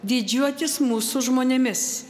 didžiuotis mūsų žmonėmis